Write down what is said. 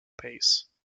pace